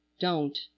Don't